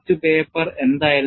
മറ്റ് പേപ്പർ എന്തായിരുന്നു